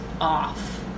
off